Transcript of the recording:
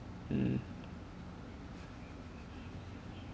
mm